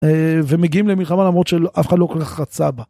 ומגיעים למלחמה למרות שאף אחד לא כל כך רצה.